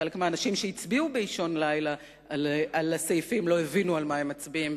חלק מהאנשים שהצביעו באישון לילה על הסעיפים לא הבינו על מה הם מצביעים,